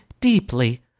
deeply